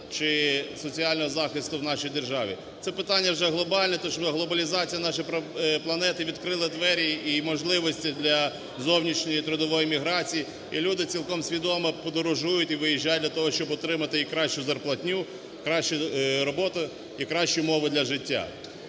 чи соціального захисту в нашій державі. Це питання вже глобальне, тому що глобалізація нашої планети відкрила двері і можливості для зовнішньої трудової міграції. І люди цілком свідомо подорожують і виїжджають для того, щоб отримати кращу зарплатню, кращу роботу і кращі умови для життя.